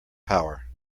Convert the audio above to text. power